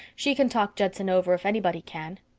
she can talk judson over if anybody can.